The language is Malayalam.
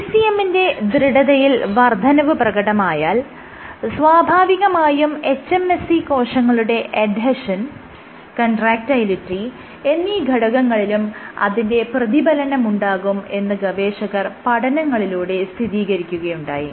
ECM ന്റെ ദൃഢതയിൽ വർദ്ധനവ് പ്രകടമായാൽ സ്വാഭാവികമായും hMSC കോശങ്ങളുടെ എഡ്ഹെഷൻ കൺട്രാക്ടയിലിറ്റി എന്നീ ഘടകങ്ങളിലും അതിന്റെ പ്രതിഫലനമുണ്ടാകും എന്ന് ഗവേഷകർ പഠനങ്ങളിലൂടെ സ്ഥിതീകരിക്കുകയുണ്ടായി